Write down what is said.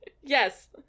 Yes